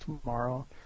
tomorrow